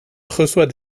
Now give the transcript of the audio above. reçoit